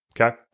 okay